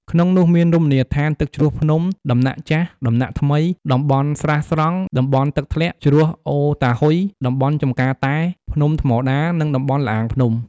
ក្នុងនោះមានរមណីយដ្ឋានទឹកជ្រោះភ្នំ ដំណាក់ចាស់ ដំណាក់ថ្មី តំបន់ស្រះស្រង់ តំបន់ទឹកធ្លាក់ ជ្រោះអូរតាហ៊ុយ តំបន់ចំការតែ ភ្នំថ្មដា និងតំបន់ល្អាងភ្នំ។